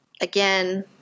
again